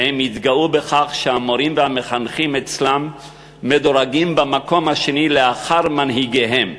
והם התגאו בכך שהמורים והמחנכים אצלם מדורגים במקום השני לאחר מנהיגיהם.